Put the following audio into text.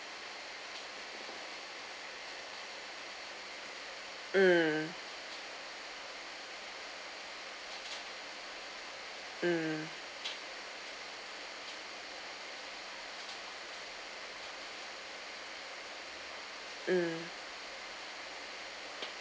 mm mm mm